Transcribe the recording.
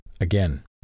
again